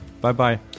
Bye-bye